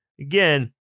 again